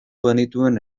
genituen